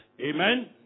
Amen